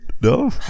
no